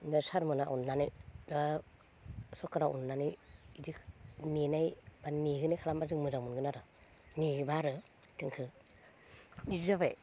दा सारमोना अननानै दा सरखारा अननानै इदि नेनाय माने नेहोनाय खालामब्ला जों मोजां मोनगोन आरो नेब्ला आरो जोंखो जाबाय